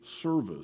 service